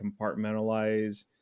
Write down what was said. compartmentalize